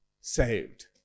saved